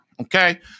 Okay